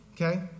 Okay